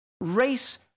race